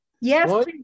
Yes